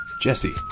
Jesse